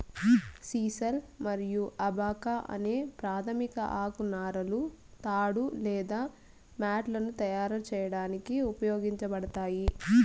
sisal మరియు abaca అనే ప్రాధమిక ఆకు నారలు తాడు లేదా మ్యాట్లను తయారు చేయడానికి ఉపయోగించబడతాయి